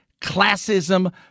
classism